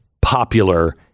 popular